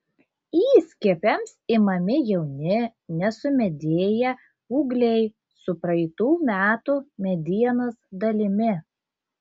įskiepiams imami jauni nesumedėję ūgliai su praeitų metų medienos dalimi